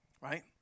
right